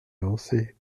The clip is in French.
avancée